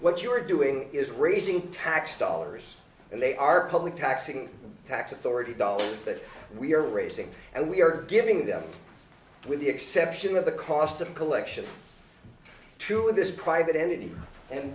what you're doing is raising tax dollars and they are probably taxing tax authority dollars that we are raising and we are giving them with the exception of the cost of collection to this private entity and